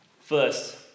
First